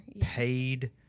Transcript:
paid